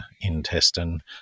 intestine